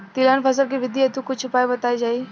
तिलहन फसल के वृद्धी हेतु कुछ उपाय बताई जाई?